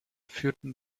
führten